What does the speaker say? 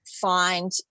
find